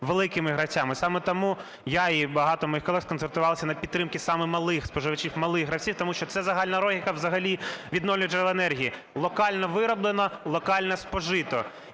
великими гравцями. Саме тому я і багато моїх колег сконцентрувались на підтримці саме малих споживачів, малих гравців, тому що це загальна логіка взагалі відновлюваних джерел енергії: локально вироблено – локально спожито.